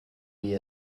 wie